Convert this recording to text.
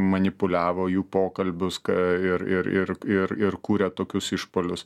manipuliavo jų pokalbius ką ir ir ir ir ir kūrė tokius išpuolius